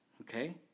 okay